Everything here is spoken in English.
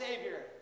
Savior